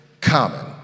common